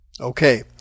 Okay